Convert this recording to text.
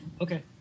Okay